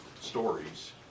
stories